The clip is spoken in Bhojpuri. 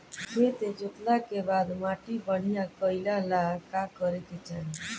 खेत जोतला के बाद माटी बढ़िया कइला ला का करे के चाही?